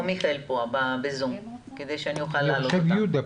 מיכאל פואה נמצאים בזום כדי שאוכל להעלות אותם.